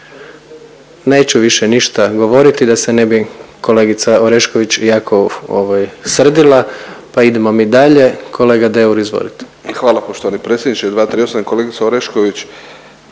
Neću više ništa govoriti da se ne bi kolegica Orešković jako srdila, pa idemo mi dalje. Kolega Deur, izvolite. **Deur, Ante (HDZ)** Hvala poštovani predsjedniče. 238. kolegice Orešković